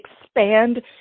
expand